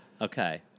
Okay